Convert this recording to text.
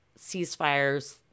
ceasefires